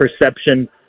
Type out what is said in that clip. perception